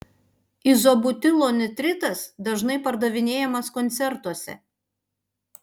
izobutilo nitritas dažnai pardavinėjamas koncertuose